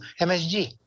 MSG